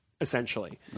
essentially